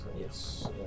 Yes